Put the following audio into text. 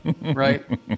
Right